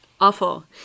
Awful